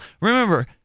remember